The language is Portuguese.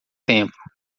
tempo